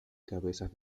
cabezas